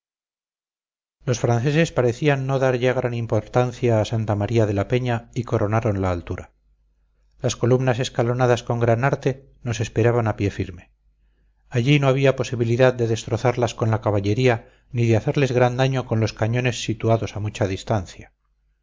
los franceses parecían no dar ya gran importancia a santa maría de la peña y coronaron la altura las columnas escalonadas con gran arte nos esperaban a pie firme allí no había posibilidad de destrozarlas con la caballería ni de hacerles gran daño con los cañones situados a mucha distancia